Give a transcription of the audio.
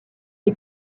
est